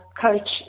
coach